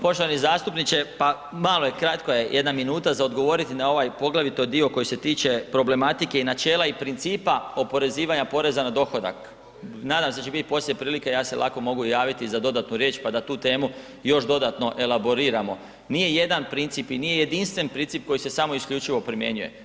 Poštovani zastupniče, pa malo je, kratko je jedna minuta za odgovoriti na ovaj poglavito dio koji se tiče problematike i načela i principa oporezivanja poreza na dohodak, nadam se da će bit poslije prilike, ja se lako mogu javiti za dodatnu riječ, pa da tu temu još dodatno elaboriramo, nije jedan princip i nije jedinstven princip koji se samo isključivo primjenjuje.